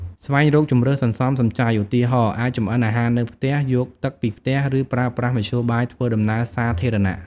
ស្វែងរកជម្រើសសន្សំសំចៃ ឧទាហរណ៍ អាចចម្អិនអាហារនៅផ្ទះ យកទឹកពីផ្ទះ ឬប្រើប្រាស់មធ្យោបាយធ្វើដំណើរសាធារណៈ។